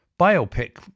biopic